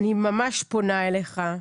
אני ממש פונה אליך,